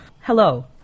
Hello